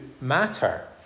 matter